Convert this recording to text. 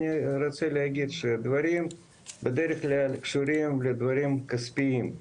אני רוצה להגיד שהדברים בדרך כלל קשורים לדברים כספיים,